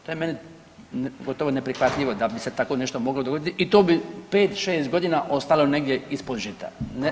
To je meni gotovo neprihvatljivo da bi se tako nešto moglo dogoditi i to bi 5, 6 godina ostalo negdje ispod žita.